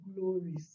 glories